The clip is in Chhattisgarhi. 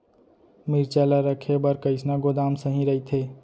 मिरचा ला रखे बर कईसना गोदाम सही रइथे?